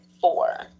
four